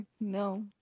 No